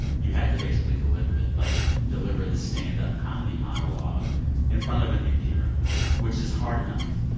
you had to basically deliver like, deliver the stand-up comedy monologue in front of an empty room, which is hard enough.